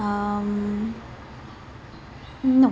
um no